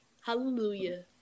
Hallelujah